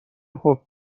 خوب